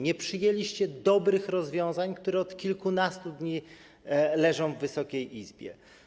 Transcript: Nie przyjęliście dobrych rozwiązań, które od kilkunastu dni leżą w Wysokiej Izbie.